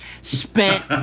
spent